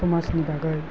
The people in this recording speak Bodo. समाजनि बागै